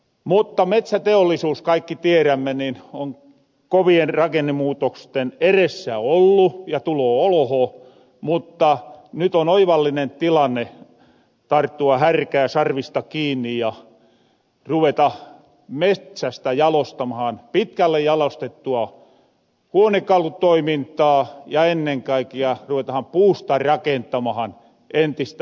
mutta metsäteollisuus kaikki tierämme on kovien rakennemuutosten eressä ollu ja tuloo olohon mutta nyt on oivallinen tilanne tarttua härkää sarvista kiinni ja ruveta metsästä jalostamahan pitkälle jalostettua huonekalutoimintaa ja ennen kaikkea ruvetahan puusta rakentamahan entistä enemmän